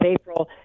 April